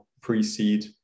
pre-seed